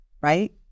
right